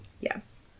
Yes